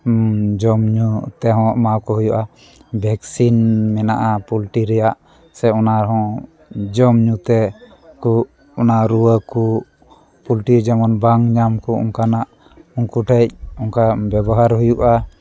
ᱡᱚᱢ ᱧᱩ ᱛᱮᱦᱚᱸ ᱮᱢᱟᱠᱚ ᱦᱩᱭᱩᱜᱼᱟ ᱵᱷᱮᱠᱥᱤᱱ ᱢᱮᱱᱟᱜᱼᱟ ᱯᱚᱞᱴᱨᱤ ᱨᱮᱭᱟᱜ ᱥᱮ ᱚᱱᱟ ᱦᱚᱸ ᱡᱚᱢᱼᱧᱩ ᱛᱮ ᱠᱚ ᱚᱱᱟ ᱨᱩᱣᱟᱹ ᱠᱚ ᱯᱚᱞᱴᱨᱤ ᱡᱮᱢᱚᱱ ᱵᱟᱝ ᱧᱟᱢ ᱠᱚ ᱚᱱᱠᱟᱱᱟᱜ ᱩᱱᱠᱩ ᱴᱷᱮᱱ ᱚᱱᱠᱟ ᱵᱮᱵᱚᱦᱟᱨ ᱦᱩᱭᱩᱜᱼᱟ